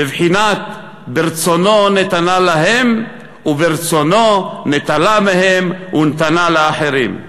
בבחינת "ברצונו נתנה להם וברצונו נטלה מהם ונתנה לאחרים".